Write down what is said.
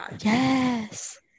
Yes